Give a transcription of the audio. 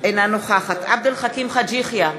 אינה נוכחת עבד אל חכים חאג' יחיא,